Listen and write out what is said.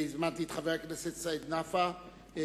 הזמנתי את חבר הכנסת סעיד נפאע,